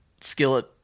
skillet